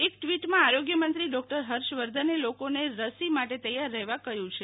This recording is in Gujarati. એક ટ્વિટમાં આરોગ્ય મંત્રી ડોક્ટર હર્ષ વર્ધને લોકોને રસી માટે તૈયાર રહેવા કહ્યું છે